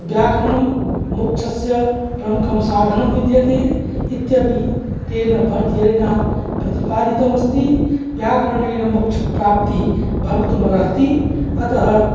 व्याकरणं मोक्षस्य प्रमुखं साधनं विद्यते इत्यपि तेन भर्तृहरिणा प्रतिपादितमस्ति व्याकरणेन मोक्षप्राप्तिः भवितुमर्हति अतः